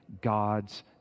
God's